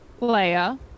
Leia